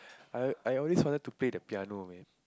I I always wanted to play the piano man